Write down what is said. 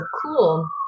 cool